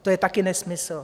To je taky nesmysl.